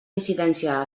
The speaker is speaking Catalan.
incidència